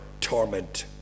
torment